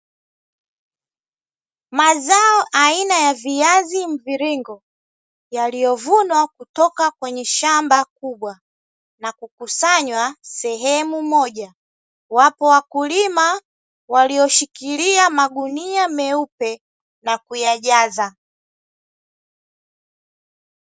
Mazao aina ya viazi mviringo, yaliyovunwa kutoka kwenye shamba kubwa na kukusanywa sehemu moja. Wapo wakulima walioshikilia magunia meupe na kuyajaza.